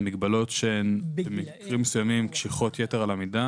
מגבלות שהן במקרים מסוימים קשיחות יתר על המידה